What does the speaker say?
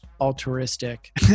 altruistic